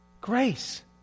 Grace